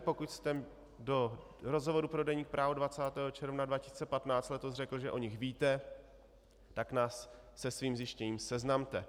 Pokud jste do rozhovoru pro deník Právo 20. června 2015 letos řekl, že o nich víte, tak nás se svým zjištěním seznamte.